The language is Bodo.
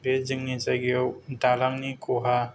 बे जोंनि जायगायाव दालांनि खहा